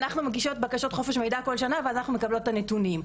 אנחנו מגישות בקשות חופש מידע כל שנה ואז אנחנו מקבלות את הנתונים.